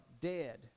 dead